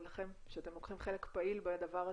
לכם שאתם לוקחים חלק פעיל בדבר הזה.